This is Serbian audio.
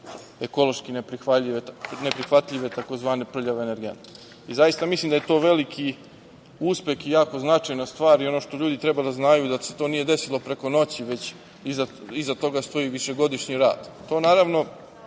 ekološki neprihvatljive tzv. prljave energente. Zaista mislim da je to veliki uspeh i jako značajna stvar. Ono što ljudi treba da znaju je da se to nije desilo preko noći, već iza toga stoji višegodišnji rad.